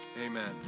Amen